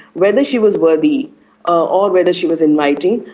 whether she was worthy or whether she was inviting,